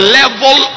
level